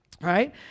right